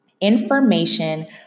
Information